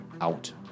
out